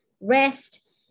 rest